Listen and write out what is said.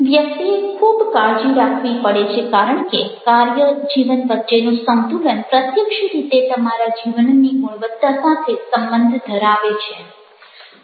વ્યક્તિએ ખૂબ કાળજી રાખવી પડે છે કારણ કે કાર્ય જીવન વચ્ચેનું સંતુલન પ્રત્યક્ષ રીતે તમારા જીવનની ગુણવત્તા સાથે સંબંધ ધરાવે છે